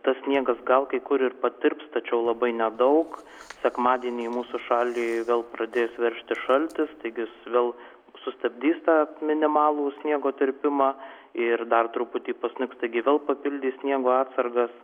tas sniegas gal kai kur ir patirps tačiau labai nedaug sekmadienį į mūsų šalį vėl pradės veržtis šaltis taigi jis vėl sustabdys tą minimalų sniego tirpimą ir dar truputį pasnigs taigi vėl papildys sniego atsargas